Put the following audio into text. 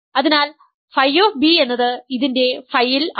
അതിനാൽ Φ എന്നത് ഇതിൻറെ Φ ൽ ആണ്